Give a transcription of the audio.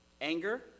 anger